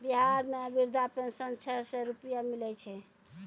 बिहार मे वृद्धा पेंशन छः सै रुपिया मिलै छै